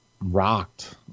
rocked